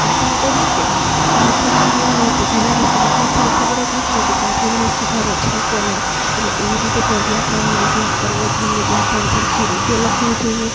દાખલા તરીકે અમુક શબ્દ એવાં હોય કે જેના વિશે વિદ્યાર્થીને ખબર જ નથી હોતી કે આ જોડણી સુધારો છે કે નહીં એટલે એવી રીતે પણ વ્યાકરણનો અભ્યાસ કરવો જોઈએ વ્યાકરણ સરખી રીતે લખવું જોઈએ